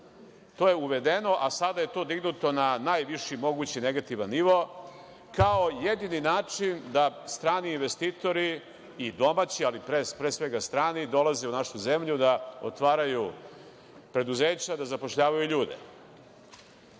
To je uvedeno, a sada je to dignuto na najviši mogući negativan nivo kao jedini način da strani investitori i domaći, ali pre svega strani dolaze u našu zemlju, da otvaraju preduzeća, da zapošljavaju ljude. Šta